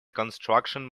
construction